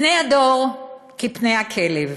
"פני הדור כפני כלב